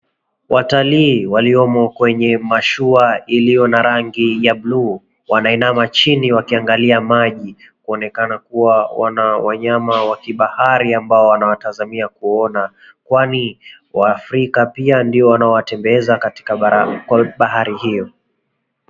Watalii waliomo kwenye mashuwa iliyo na ya rangi ya bluu wanainama chini wakiangalia maji kuonekana kuwa kuna wanyama wakibahari wanaowatazamia kuona kwani waafrika pia ndo wanaowatembeza katika bahari hiyo.